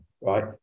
right